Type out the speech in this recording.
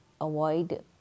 avoid